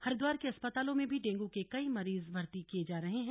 हरिद्वार के अस्पतालों में भी डेंगू के कई मरीज भर्ती किये जा रहे हैं